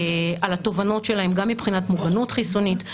על התובנות שלהם גם מבחינת מוגנות חיסונית,